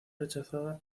rechazada